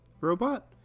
robot